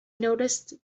noticed